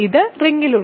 ഇത് റിങ്ങിൽ ഉണ്ട്